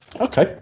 Okay